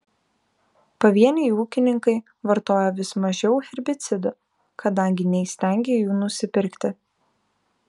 pavieniai ūkininkai vartoja vis mažiau herbicidų kadangi neįstengia jų nusipirkti